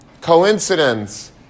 coincidence